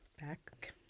Back